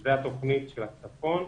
זו התוכנית של הצפון.